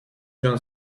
jon